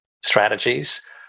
strategies